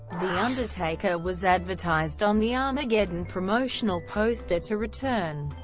the undertaker was advertised on the armageddon promotional poster to return,